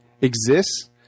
exists